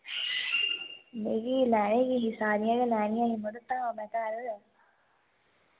बड़ी गै लैनी मड़ो सारियां गै लैनियां न मड़ो धाम ऐ घर